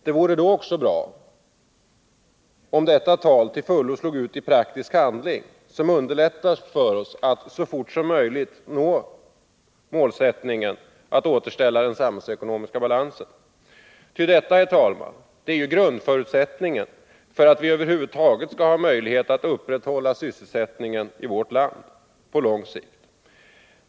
Det vore då också bra om detta tal till fullo slog ut i praktisk handling som underlättar för oss att så fort som möjligt nå målsättningen att återställa den samhällsekonomiska balansen. Ty detta, herr talman, är grundförutsättningen för att vi över huvud taget skall ha möjlighet att upprätthålla sysselsättningen i vårt land på lång sikt.